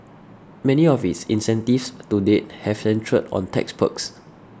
many of its incentives to date have centred on tax perks